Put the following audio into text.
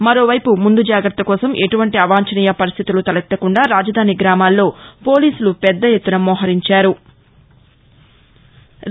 మరోవైపు ముందు జాగ్రత్త కోసం ఎటువంటి అవాంఛనీయ పరిస్థితులు తలెత్తకుండా రాజధాని గ్రామాల్లో పోలీసులు పెద్ద ఎత్తున మోహరించారు